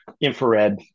infrared